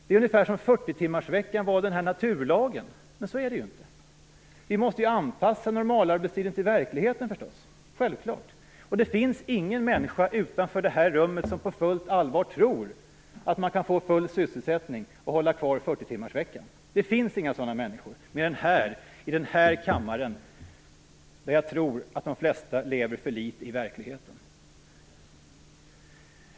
Det är ungefär som om det vore naturlag med 40 timmarsvecka, men så är det ju inte. Vi måste förstås anpassa normalarbetstiden till verkligheten. Och det finns ingen människa utanför det här rummet som på fullt allvar tror att man kan få full sysselsättning och behålla 40-timmarsveckan. Det finns inga sådana människor - mer än här, i den här kammaren, där jag tror att de flesta lever för litet i verkligheten.